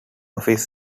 office